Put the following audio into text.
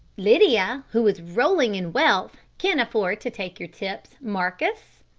lydia, who is rolling in wealth, can afford to take your tips, marcus.